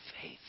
faith